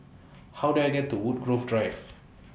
How Do I get to Woodgrove Drive